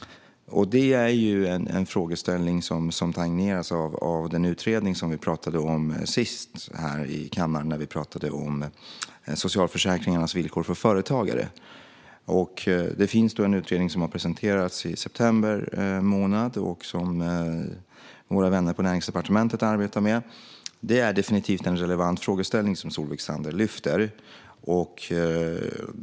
Det är en frågeställning som tangeras av den utredning som vi pratade om sist här i kammaren när vi pratade om socialförsäkringarnas villkor för företagare. Det finns en utredning som presenterades i september månad och som våra vänner på Näringsdepartementet arbetar med. Det är definitivt en relevant frågeställning som Solveig Zander lyfter.